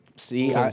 See